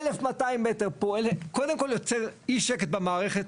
1,200 מטר פה קודם כל יוצר אי שקט במערכת,